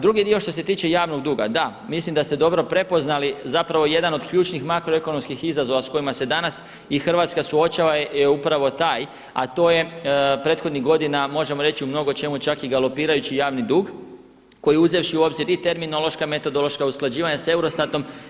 Drugi dio što se tiče javnog duga, da, mislim da ste dobro prepoznali zapravo jedan od ključnih makroekonomskih izazova s kojima se danas i Hrvatska suočava je upravo taj a to je prethodnih godina možemo reći u mnogočemu čak i galopirajući javni dug koji je uzevši u obzir i terminološka, metodološka usklađivanja sa Eurostatom.